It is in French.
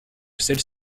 celles